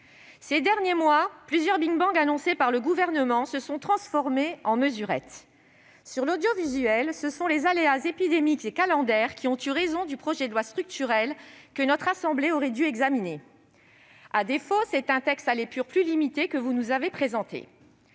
ces derniers mois, plusieurs big-bangs annoncés par le Gouvernement se sont transformés en mesurettes. Concernant l'audiovisuel, ce sont les aléas épidémiques et calendaires qui ont eu raison du projet de loi structurel que notre assemblée aurait dû examiner. À défaut, c'est un texte à l'épure plus limitée qui nous est présenté.